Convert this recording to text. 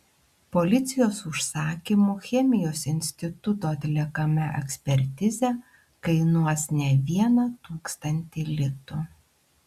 policijos užsakymu chemijos instituto atliekama ekspertizė kainuos ne vieną tūkstantį litų